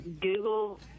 google